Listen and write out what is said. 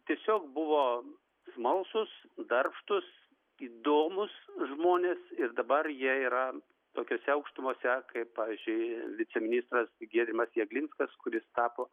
tiesiog buvo smalsūs darbštūs įdomūs žmonės ir dabar jie yra tokiose aukštumose kaip pavyzdžiui viceministras giedrimas jeglinskas kuris tapo